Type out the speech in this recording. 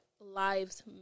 lives